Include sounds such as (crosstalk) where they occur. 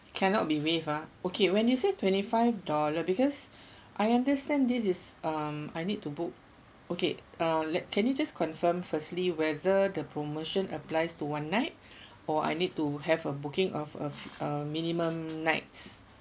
cannot be waive ah okay when you say twenty five dollar because (breath) I understand this is um I need to book okay uh let can you just confirm firstly whether the promotion applies to one night (breath) or I need to have a booking of uh a minimum nights